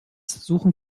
suchen